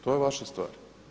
To je vaša stvar.